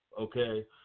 okay